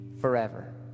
forever